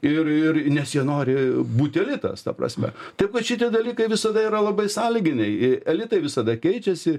ir ir nes jie nori būt elitas ta prasme taip kad šitie dalykai visada yra labai sąlyginiai elitai visada keičiasi